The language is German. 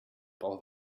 brauche